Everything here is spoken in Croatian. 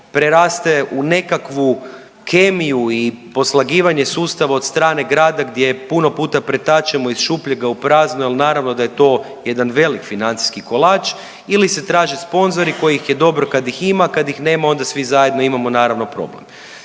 preraste u nekakvu kemiju i poslagivanje sustava od strane grada gdje puno puta pretačemo iz šupljega u prazno, jer naravno da je to jedan velik financijski kolač ili se traže sponzori kojih je dobro kad ih ima. Kad ih nema onda svi zajedno imamo naravno problem.